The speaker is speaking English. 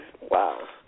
wow